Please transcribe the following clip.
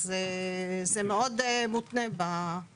אז זה מאוד מותנה בדברים האלו.